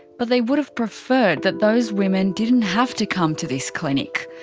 but they would have preferred that those women didn't have to come to this clinic.